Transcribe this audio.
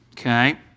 Okay